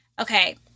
Okay